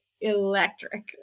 electric